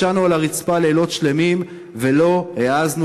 ישבנו על הרצפה לילות שלמים ולא העזנו